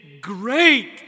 great